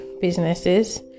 businesses